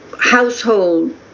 Household